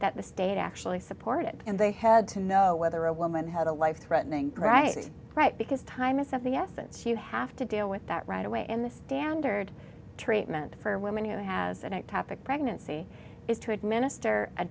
state actually support it and they had to know whether a woman had a life threatening right right because time is at the essence you have to deal with that right away in the standard treatment for women who has an ectopic pregnancy is to administer a